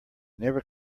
never